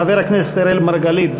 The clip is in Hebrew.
חבר הכנסת אראל מרגלית,